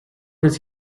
does